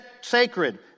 sacred